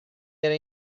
era